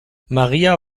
maria